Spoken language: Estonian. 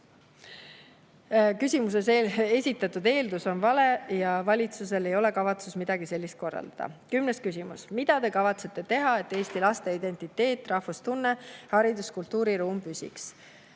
Küsimuses esitatud eeldus on vale ja valitsusel ei ole kavatsust midagi sellist korraldada. Kümnes küsimus: "Mida te kavatsete teha, et eesti laste identiteet, rahvustunne ning haridus- ja kultuuriruum püsiks?"